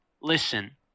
Listen